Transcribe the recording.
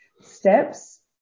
steps